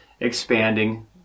expanding